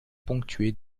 ponctué